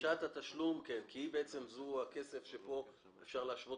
דרישת התשלום היא הכסף שבו אפשר להשוות